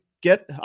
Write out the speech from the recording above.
get